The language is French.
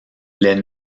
les